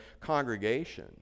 congregation